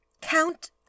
Count